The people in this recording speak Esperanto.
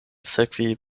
sekvi